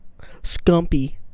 Scumpy